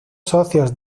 socios